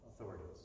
authorities